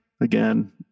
again